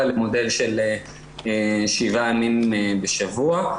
למודל של שבעה ימים בשבוע.